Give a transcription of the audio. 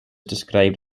described